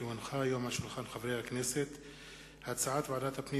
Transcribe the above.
כי הונחה היום על שולחן הכנסת הצעת ועדת הפנים